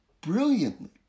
brilliantly